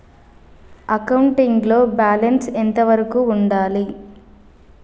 Accounting లో balance ఎంత వరకు ఉండాలి?